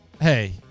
Hey